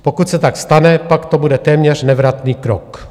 Pokud se tak stane, pak to bude téměř nevratný krok.